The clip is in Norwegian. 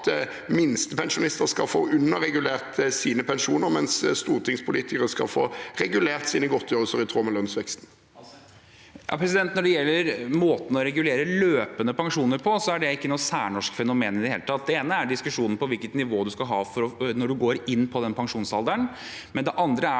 minstepensjonister skal få underregulert sine pensjoner, mens stortingspolitikere skal få regulert sine godtgjørelser i tråd med lønnsveksten. Henrik Asheim (H) Når det gjelder må- ten å regulere løpende pensjoner på, er ikke det noe særnorsk fenomen i det hele tatt. Det ene er diskusjonen om på hvilket nivå man skal være når man går inn på den pensjonsalderen. Det andre er